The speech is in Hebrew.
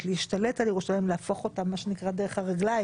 להשתלט על ירושלים ולהפוך אותה מה שנקרא "דרך הרגליים"